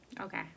Okay